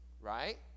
right